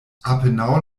apenaŭ